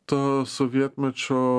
ta sovietmečio